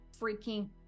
freaking